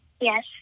Yes